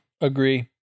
Agree